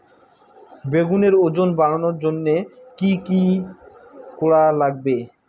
বেগুনের ওজন বাড়াবার জইন্যে কি কি করা লাগবে?